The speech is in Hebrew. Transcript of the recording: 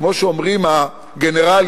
כמו שאומרים הגנרלים?